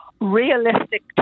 realistic